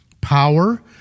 power